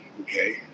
okay